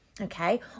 Okay